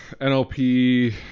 NLP